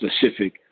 specific